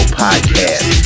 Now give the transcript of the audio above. podcast